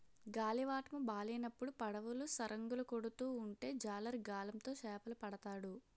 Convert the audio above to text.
గాలివాటము బాలేనప్పుడు పడవలు సరంగులు కొడుతూ ఉంటే జాలరి గాలం తో చేపలు పడతాడు